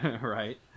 Right